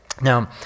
Now